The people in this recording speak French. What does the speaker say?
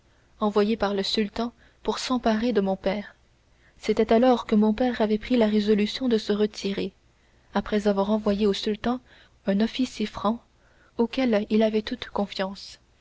envoyé par le sultan pour s'emparer de mon père c'était alors que mon père avait pris la résolution de se retirer après avoir envoyé au sultan un officier franc auquel il avait toute confiance